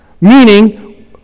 Meaning